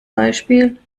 beispiel